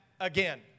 again